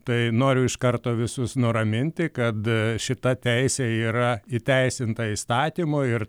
tai noriu iš karto visus nuraminti kad šita teisė yra įteisinta įstatymu ir